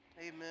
Amen